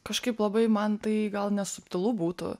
kažkaip labai man tai gal nesubtilu būtų